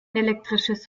elektrisches